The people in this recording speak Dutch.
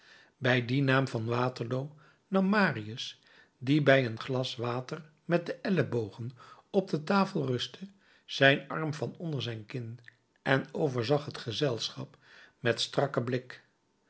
bij dien naam van waterloo nam marius die bij een glas water met de ellebogen op de tafel rustte zijn arm van onder zijn kin en overzag het gezelschap met strakken blik